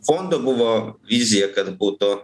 fondo buvo vizija kad būtų